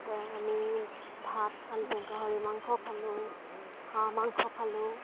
তাতে আমি ভাত খালোঁ গাহৰি মাংস খালোঁ হাঁহ মাংস খালোঁ